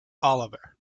oliver